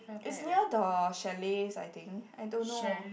it's near the chalets I think I don't know